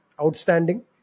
outstanding